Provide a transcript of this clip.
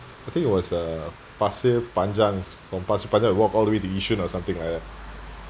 I think it was uh pasir panjang from pasir panjang walk all the way to yishun or something like that